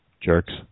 jerks